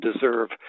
Deserve